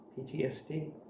PTSD